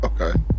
Okay